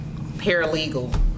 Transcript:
paralegal